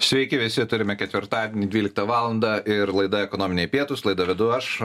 sveiki visi turime ketvirtadienį dvyliktą valandą ir laida ekonominiai pietūs laidą vedu aš